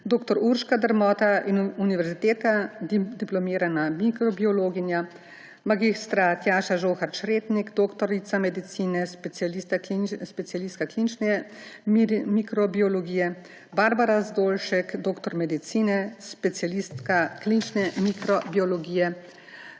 dr. Urška Drmota, univerzitetna diplomirana mikrobiologinja; mag. Tjaša Žohar Čretnik, doktorica medicine, specialistka klinične mikrobiologije; Barbara Zdolšek, doktorica medicine, specialistka klinične mikrobiologije;